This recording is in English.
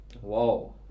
Whoa